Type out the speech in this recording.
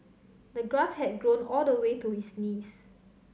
the grass had grown all the way to his knees